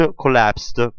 collapsed